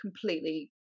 completely